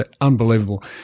unbelievable